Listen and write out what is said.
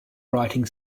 writing